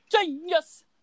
Genius